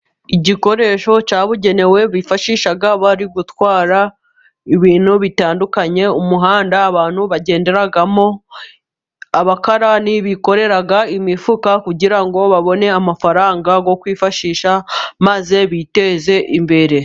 Igikoresho cyabugenewe bifashisha bari gutwara ibintu bitandukanye，umuhanda abantu bagenderamo，abakarani bikorera imifuka， kugira ngo babone amafaranga yo kwifashisha，maze biteze imbere.